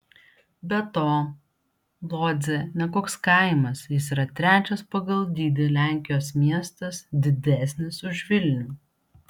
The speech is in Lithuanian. be to lodzė ne koks kaimas jis yra trečias pagal dydį lenkijos miestas didesnis už vilnių